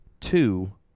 two